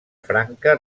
franca